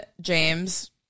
James